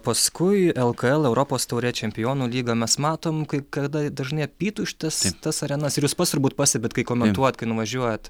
paskui lkl europos taurė čempionų lyga mes matome kai kada dažnai apytuštes tas arenas ir jūs pats turbūt pastebit kai komentuojat kai nuvažiuojat